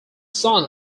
son